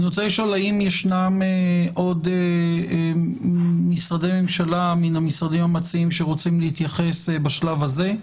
האם יש עוד משרדי ממשלה מן המשרדים המציעים שרוצים להתייחס בשלב הזה,